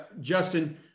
Justin